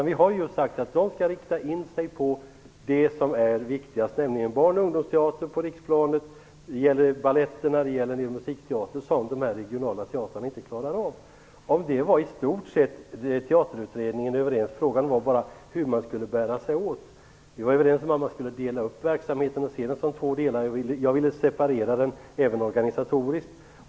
Vi har sagt att de skall rikta in sig på det som är viktigast, nämligen barn och ungdomsteater på riksplanet, balett, musikteater och sådant som de regionala teatrarna inte klarar av. Teaterutredningen var i stort sett överens om detta. Frågan var bara hur man skulle bära sig åt. Vi var överens om att man skulle dela upp verksamheten. Jag ville separera den även organisatoriskt.